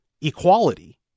equality